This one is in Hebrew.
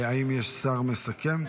האם יש שר מסכם?